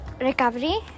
recovery